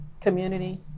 community